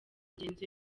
mugenzi